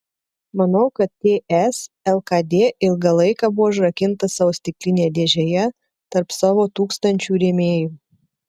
manau kad ts lkd ilgą laiką buvo užrakinta savo stiklinėje dėžėje tarp savo tūkstančių rėmėjų